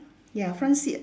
ya front seat